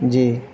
جی